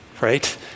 right